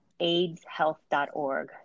AIDSHealth.org